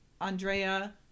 Andrea